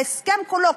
ההסכם כולו,